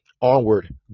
onward